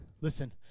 listen